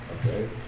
okay